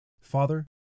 Father